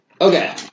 Okay